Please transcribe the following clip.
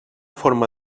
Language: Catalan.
forma